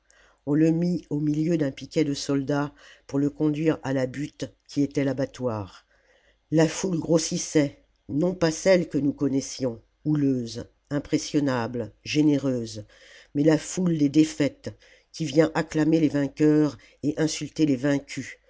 on le mit au milieu d'un piquet de soldats pour le conduire à la butte qui était l'abattoir la foule grossissait non pas celle que nous connaissions houleuse impressionnable généreuse mais la foule des défaites qui vient acclamer les vainqueurs et insulter les vaincus